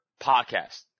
podcast